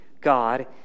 God